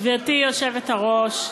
גברתי היושבת-ראש,